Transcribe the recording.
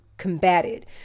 Combated